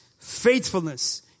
faithfulness